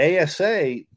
ASA